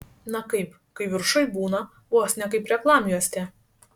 na kaip kai viršuj būna vos ne kaip reklamjuostė